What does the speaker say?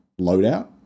loadout